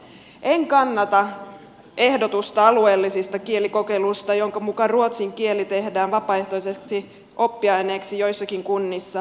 en kannata ehdotusta alueellisista kielikokeiluista jonka mukaan ruotsin kieli tehdään vapaaehtoiseksi oppiaineeksi joissakin kunnissa